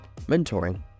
mentoring